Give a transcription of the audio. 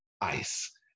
ice